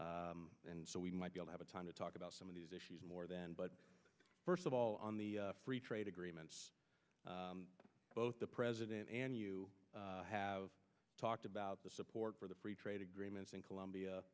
and so we might have a time to talk about some of these issues more then but first of all on the free trade agreements both the president and you have talked about the support for the free trade agreements in colombia